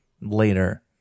later